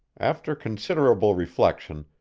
after considerable reflection,